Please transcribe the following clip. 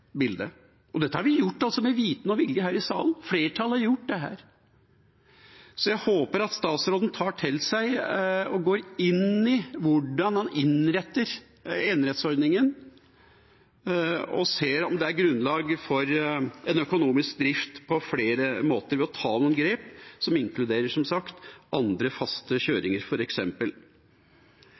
bildet. Og dette har vi altså gjort med viten og vilje her i salen – flertallet har gjort dette. Så jeg håper at statsråden tar det til seg, går inn i hvordan han innretter enerettsordningen, og ser om det er grunnlag for en økonomisk drift på flere måter ved å ta noen grep som inkluderer f.eks. faste kjøringer.